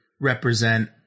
represent –